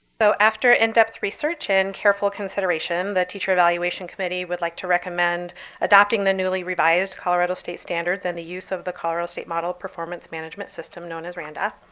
so after in-depth research and careful consideration, the teacher evaluation committee would like to recommend adopting the newly revised colorado state standards and the use of the colorado state model performance management system known as randa,